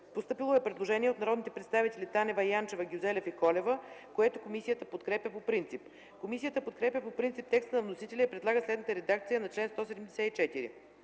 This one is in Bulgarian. Постъпило е предложение от народните представители Танева, Янчева, Гюзелев и Колева, което комисията подкрепя по принцип. Комисията подкрепя по принцип текста на вносителя и предлага следната редакция на чл. 174: